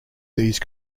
these